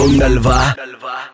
nalva